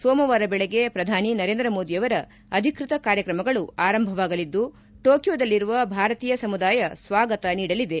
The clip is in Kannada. ಸೋಮವಾರ ಬೆಳಗ್ಗೆ ಪ್ರಧಾನಿ ನರೇಂದ್ರ ಮೋದಿಯವರ ಅಧಿಕೃತ ಕಾರ್ಯಕ್ರಮಗಳು ಆರಂಭವಾಗಲಿದ್ದು ಟೋಕಿಯೊದಲ್ಲಿರುವ ಭಾರತೀಯ ಸಮುದಾಯ ಸ್ವಾಗತ ನೀಡಲಿದೆ